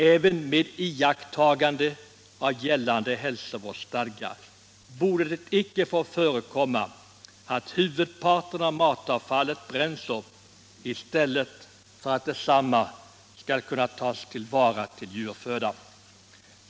Även om det sker med iakttagande av gällande hälsovårdsstadga borde det icke få förekomma att huvudparten av matavfallet bränns upp i stället för att det tas till vara till djurföda.